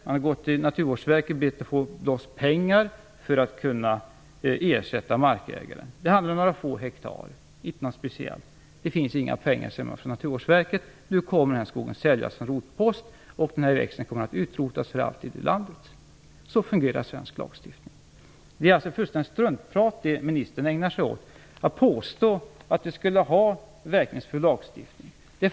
Man har begärt pengar från Naturvårdsverket för att kunna ersätta markägaren. Det handlar om några få hektar. Det finns inga pengar, säger man från Naturvårdsverket. Nu kommer den skogen att säljas som rotpost, och den här växten kommer att utrotas för alltid i landet. Så fungerar svensk lagstiftning. Det är alltså fullständigt struntprat ministern ägnar sig åt när han påstår att vi skulle ha verkningsfull lagstiftning.